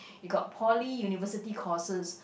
you got Poly University courses